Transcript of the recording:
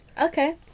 Okay